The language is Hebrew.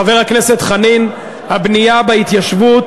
חבר הכנסת חנין, הבנייה בהתיישבות